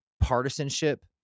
partisanship